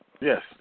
Yes